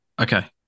okay